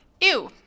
Ew